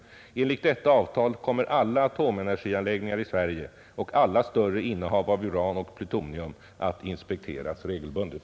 Enligt detta avtal kommer alla atomenergianläggningar i Sverige och alla större innehav av uran och plutonium att inspekteras regelbundet.